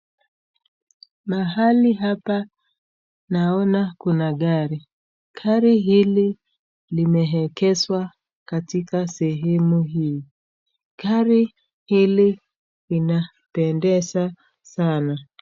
Mahali hapa naona kuna gari. Gari hili limeegezwa katika sehemu hii. Gari hili linapendeza sana.